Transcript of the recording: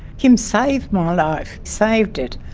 kim saved my life. saved it.